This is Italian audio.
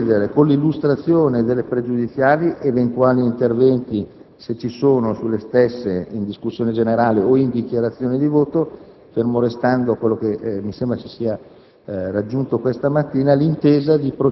Se esistono pregiudiziali, riterrei di procedere con l'illustrazione delle questioni pregiudiziali e con gli eventuali interventi - se ci sono - sulle stesse in discussione o in dichiarazione di voto,